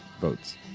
votes